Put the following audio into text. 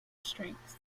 strengths